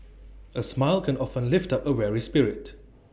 A smile can often lift up A weary spirit